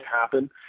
happen